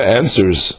answers